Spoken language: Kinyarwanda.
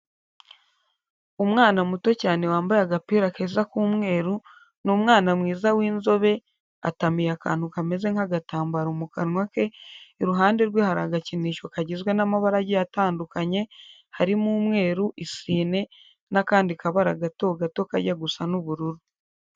Umwana muto cyane wambaye agapira keza k'umweru, ni umwana mwiza w'inzobe, atamiye akantu kameze nk'agatambaro mu kanwa ke, iruhande rwe hari agakinisho kagizwe n'amabara agiye atandukanye, harimo umweru, isine, n'akandi kabara gato gato kajya gusa n'ubururu.